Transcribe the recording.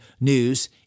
news